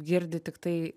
girdi tiktai